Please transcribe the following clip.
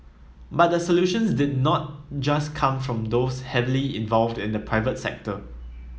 but the solutions did not just come from those heavily involved in the private sector